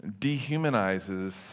dehumanizes